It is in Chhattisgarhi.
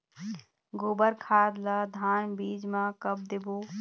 गोबर खाद ला धान बीज म कब देबो?